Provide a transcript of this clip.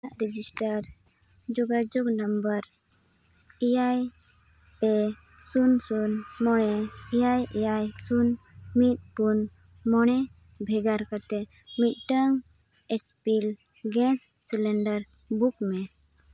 register ᱡᱳᱜᱟᱡᱳᱜ number ᱮᱭᱟᱭ ᱯᱮ ᱥᱩᱱ ᱥᱩᱱ ᱢᱚᱬᱮ ᱮᱭᱟᱭ ᱮᱭᱟᱭ ᱥᱩᱱ ᱢᱤᱫ ᱯᱩᱱ ᱢᱚᱬᱮ ᱵᱷᱮᱜᱟᱨ ᱠᱟᱛᱮ ᱢᱤᱫᱴᱟᱹᱝ H P gas cylinder book ᱢᱮ